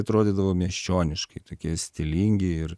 atrodydavo miesčioniškai tokie stilingi ir